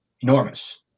enormous